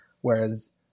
whereas